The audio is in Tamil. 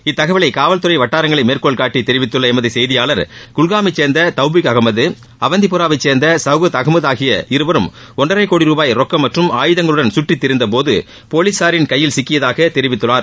இத்தகவலை காவல்துறை வட்டாரங்களை மேற்கோள்காட்டி தெரிவித்துள்ள எமது செய்தியாளர் குல்காமை சேர்ந்த தௌபிக் அகமது அவந்திப்புராவை சேர்ந்த சௌகத் அகமது ஆகிய இருவரும் ஒன்றரை கோடி ரூபாய் ரொக்கம் மற்றும் ஆயுதங்களுடன் கற்றி திரிந்தபோது போலீசாரின் கையில் சிக்கியதாக தெரிவித்துள்ளார்